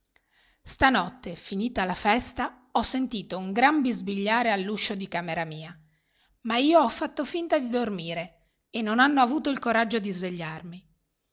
stanotte finita la festa ho sentito un gran bisbigliare all'uscio di camera mia ma io ho fatto finta di dormire e non hanno avuto il coraggio di svegliarmi